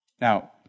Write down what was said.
Now